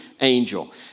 angel